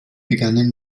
begannen